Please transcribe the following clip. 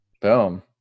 Boom